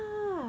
ya